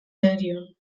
derion